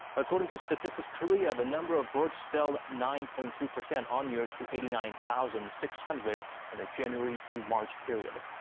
according to statistics korea's, the number of births fell nine point two percent on-year to eighty nine thousand six hundred in the january to march period.